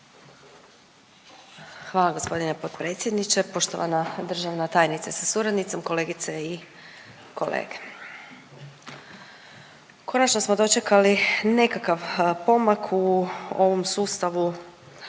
Hvala g. potpredsjedniče. Poštovana državna tajnice sa suradnicom, kolegice i kolege, konačno smo dočekali nekakav pomak u ovom sustavu